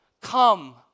come